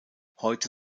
heute